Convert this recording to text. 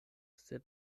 sed